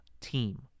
team